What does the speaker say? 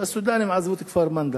שהסודנים עזבו את כפר-מנדא.